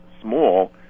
small